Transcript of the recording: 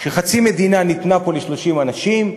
שחצי מדינה ניתנה פה ל-30 אנשים,